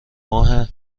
ماه